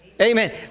Amen